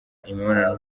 imibonano